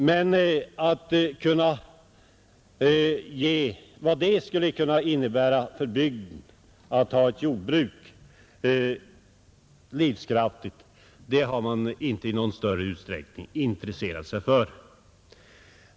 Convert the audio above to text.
Men vad det skulle kunna innebära för bygden att ha ett livskraftigt jordbruk har man inte i någon större utsträckning intresserat sig för.